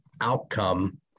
outcome